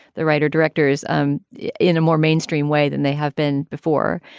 the writer directors um in a more mainstream way than they have been before.